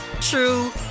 true